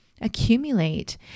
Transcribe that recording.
accumulate